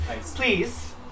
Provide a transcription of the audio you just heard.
please